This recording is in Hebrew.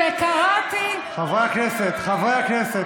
קריאות: חברי הכנסת, חברי הכנסת.